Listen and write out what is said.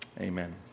Amen